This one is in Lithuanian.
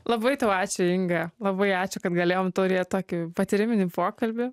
labai tau ačiū inga labai ačiū kad galėjom turėt tokį patyriminį pokalbį